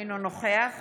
אינו נוכח